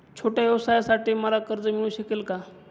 छोट्या व्यवसायासाठी मला कर्ज मिळू शकेल का?